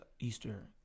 Easter